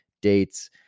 dates